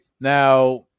now